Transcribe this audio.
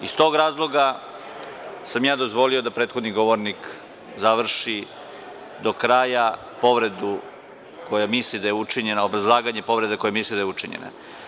Iz tog razloga sam ja dozvolio da prethodni govornik završi do kraja povredu koju misli da je učinjena, obrazlaganje te povrede za koju misli da je učinjena.